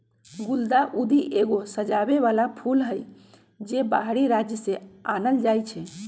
गुलदाऊदी एगो सजाबे बला फूल हई, जे बाहरी राज्य से आनल जाइ छै